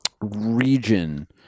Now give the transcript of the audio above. region